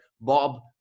Bob